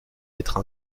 être